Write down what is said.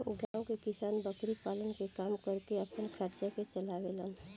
गांव के किसान बकरी पालन के काम करके आपन खर्चा के चलावे लेन